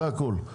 זה הכול,